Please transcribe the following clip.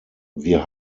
wir